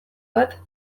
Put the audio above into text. bat